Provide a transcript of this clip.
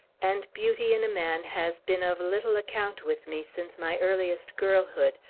and beauty, in a man, has been of little account with me since my earliest girlhood,